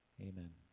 Amen